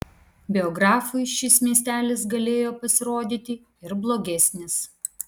biografui šis miestelis galėjo pasirodyti ir blogesnis